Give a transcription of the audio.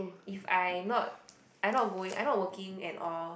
if I not I not going I not working and or